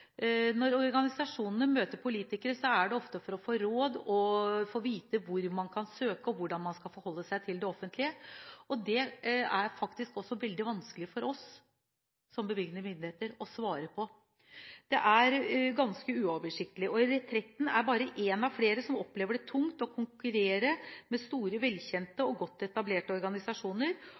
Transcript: Når organisasjonene møter politikere, er det ofte for å få råd om hvor man kan søke, og hvordan man skal forholde seg til det offentlige. Det er faktisk veldig vanskelig å svare på, også for oss som bevilgende myndighet. Det er ganske uoversiktlig. Retretten er bare én av flere som opplever det tungt å konkurrere med store, velkjente og godt etablerte organisasjoner